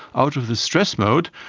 out of this stress mode,